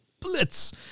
blitz